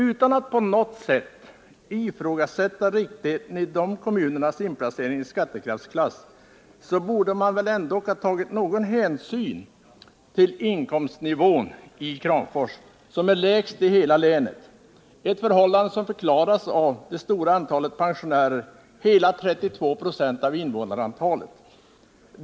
Utan att på något sätt ifrågasätta riktigheten i dessa kommuners inplacering i skattekraftsklass borde man väl ändock ha tagit någon hänsyn till inkomstnivån i Kramfors, som är lägst i hela länet, ett förhållande som förklaras av det stora antalet pensionärer, hela 32 96 av invånarantalet.